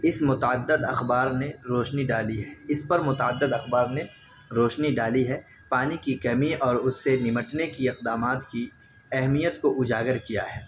اس متعدد اخبار نے روشنی ڈالی ہے اس پر متعدد اخبار نے روشنی ڈالی ہے پانی کی کمی اور اس سے نمٹنے کی اقدامات کی اہمیت کو اجاگر کیا ہے